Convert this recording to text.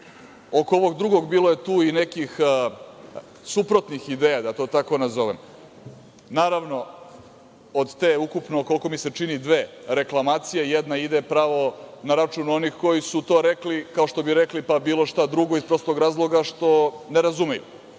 ovog drugog, bilo je tu i nekih suprotnih ideja, da to tako nazovem. Naravno, od te ukupno, koliko mi se čini, dve reklamacije, jedna ide pravo na račun onih koji su to rekli kao što bi rekli pa bilo šta drugo iz prostog razloga što ne razumeju